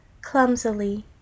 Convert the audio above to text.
Clumsily